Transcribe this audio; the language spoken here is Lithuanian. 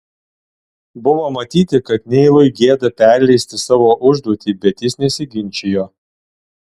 buvo matyti kad neilui gėda perleisti savo užduotį bet jis nesiginčijo